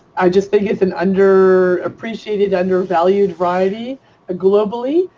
i just think it's an underappreciated, undervalued variety ah globally.